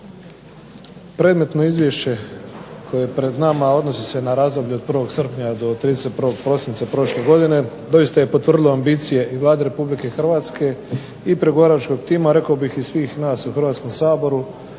Predmetno izvješće koje je pred nama odnosi se na razdoblje od 31. srpnja do 31. prosinca prošle godine, doista je potvrdilo ambicije Vlade Republike Hrvatske i pregovaračkog tima i rekao bih svih nas u Hrvatskom saboru